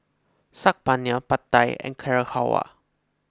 Saag Paneer Pad Thai and Carrot Halwa